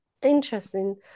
Interesting